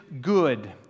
good